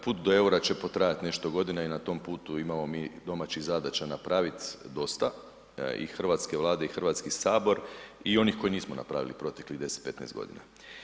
Put do eura će potrajati nešto godina i na tom putu imamo mi domaćih zadaća napraviti dosta i hrvatske vlade i HS i onih koje nismo napravili proteklih 10, 15 godina.